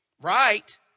Right